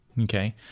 Okay